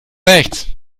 rechts